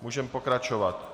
Můžeme pokračovat.